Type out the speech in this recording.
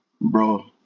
Bro